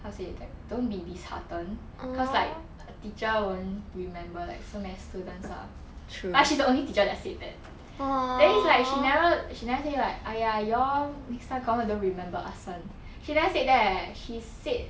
how to say like don't be disheartened because like a teacher won't remember like so many students ah but she's the only teacher that said that then it's like she never she never say like !aiya! you all next time confirm don't remember us [one] she never said that eh she said